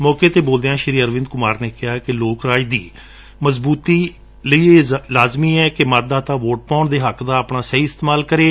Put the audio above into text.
ਮੌਕੇ ਤੇ ਬੋਲਦਿਆਂ ਅਰਵੰਦ ਕੁਮਾਰ ਨੇ ਕਿਹਾ ਕਿ ਲੋਕ ਰਾਜ ਦੀ ਮਜ਼ਬੁਤੀ ਲਈ ਇਹ ਲਾਜ਼ਮੀ ਏ ਕਿ ਹਰ ਮਤਦਾਤਾ ਵੋਟ ਪਾਉਣ ਦੇ ਹੱਕ ਦਾ ਸਹੀ ਇਸਤੇਮਾਲ ਕਰੇ